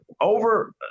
over